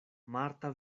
marta